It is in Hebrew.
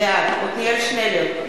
בעד עתניאל שנלר,